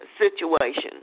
situation